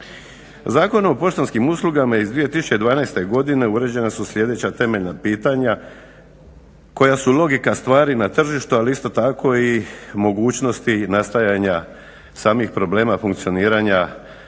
Zakonom o poštanskim uslugama iz 2012. godine uređena su sljedeća temeljna pitanja koja su logika stvari na tržištu ali isto tako i mogućnosti nastajanja samih problema funkcioniranja